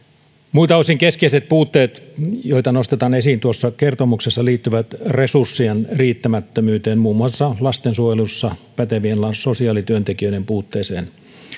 muilta osin keskeiset puutteet joita nostetaan esiin tuossa kertomuksessa liittyvät resurssien riittämättömyyteen muun muassa lastensuojelussa pätevien sosiaalityöntekijöiden puutteeseen